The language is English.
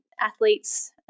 athletes